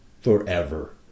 forever